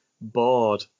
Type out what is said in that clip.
bored